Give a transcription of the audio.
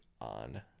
on